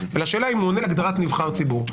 אלא השאלה אם הוא עונה להגדרת נבחר ציבור.